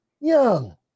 Young